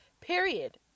period